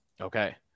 Okay